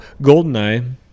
GoldenEye